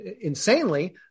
insanely